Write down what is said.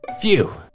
Phew